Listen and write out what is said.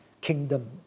kingdom